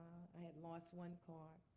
i had lost one car.